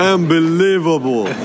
Unbelievable